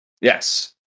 Yes